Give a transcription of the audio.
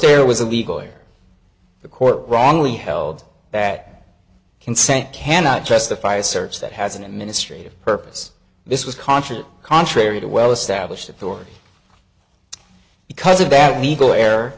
there was a legal or the court wrongly held that consent cannot justify a search that has an administrative purpose this was conscious contrary to well established authority because a bad legal air